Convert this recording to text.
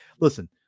listen